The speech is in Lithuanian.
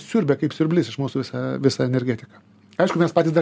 siurbia kaip siurblys iš mūsų visą visą energetiką aišku mes patys dar